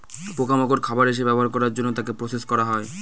পোকা মাকড় খাবার হিসেবে ব্যবহার করার জন্য তাকে প্রসেস করা হয়